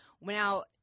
Now